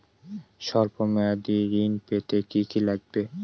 সল্প মেয়াদী ঋণ পেতে কি কি লাগবে?